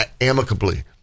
amicably